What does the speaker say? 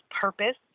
purpose